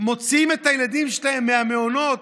מוציאים את הילדים שלהם מהמעונות,